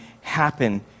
happen